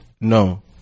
No